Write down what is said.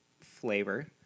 flavor